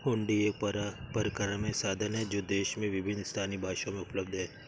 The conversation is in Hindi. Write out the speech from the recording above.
हुंडी एक परक्राम्य साधन है जो देश में विभिन्न स्थानीय भाषाओं में उपलब्ध हैं